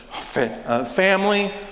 family